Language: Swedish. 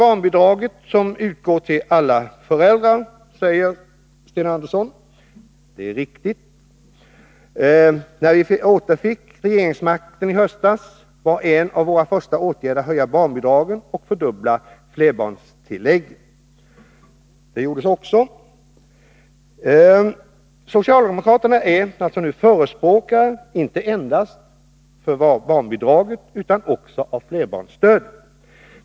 ar”, säger Sten Andersson. Det är riktigt. ”När vi återfick regeringsmakten i höstas var en av våra första åtgärder att höja barnbidragen och fördubbla flerbarnstilläggen.” Det gjordes också. Socialdemokraterna är förespråkare inte endast för barnbidraget utan också för flerbarnsstödet.